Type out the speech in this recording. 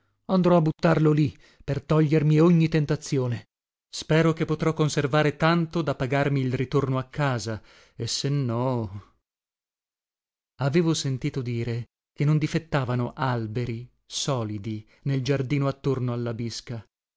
andrò a buttarlo lì per togliermi ogni tentazione spero che potrò conservare tanto da pagarmi il ritorno a casa e se no avevo sentito dire che non difettavano alberi solidi nel giardino attorno alla bisca in